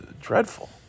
dreadful